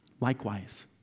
Likewise